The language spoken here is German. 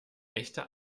echte